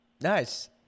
Nice